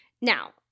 Now